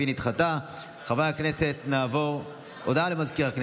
(קורא בשמות חברי הכנסת) אמיר אוחנה,